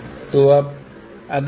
तो यह यहाँ के अनुरूप मूल्य है